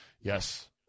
Yes